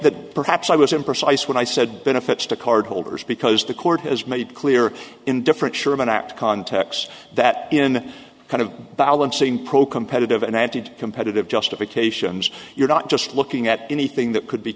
that perhaps i was imprecise when i said benefits to card holders because the court has made clear in different sure of an act context that in kind of balancing pro competitive and i have to do competitive justifications you're not just looking at anything that could be